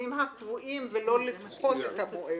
לתשלומים הקבועים ולא לדחות את המועד?